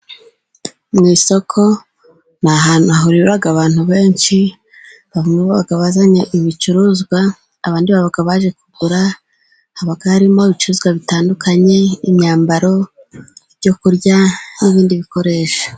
Mu isoko ni ahantu hahurira abantu benshi bamwe baba bazanye ibicuruzwa abandi baje kugura. Haba harimo ibicuruzwa bitandukanye, imyambaro, ibyo kurya n'ibindi bikoresho.